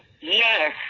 yes